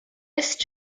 ist